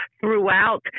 throughout